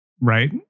right